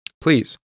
Please